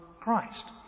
Christ